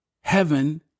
heaven